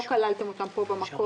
לא כללתם אותם פה במקור.